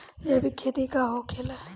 जैविक खेती का होखेला?